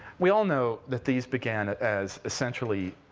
we all know that these began as, essentially,